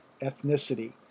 ethnicity